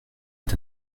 est